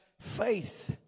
faith